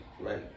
Right